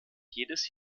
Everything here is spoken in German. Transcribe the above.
jedes